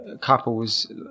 couples